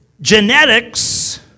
Genetics